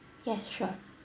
ya sure